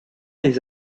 les